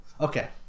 okay